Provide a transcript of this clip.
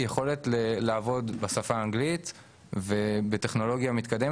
לעבוד בשפה האנגלית ובטכנולוגיה מתקדמת.